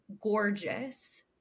gorgeous